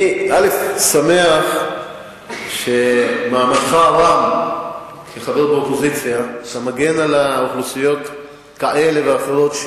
אני שמח שבמעמדך הרם כחבר באופוזיציה אתה מגן על אוכלוסיות כאלה ואחרות,